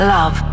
Love